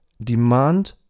demand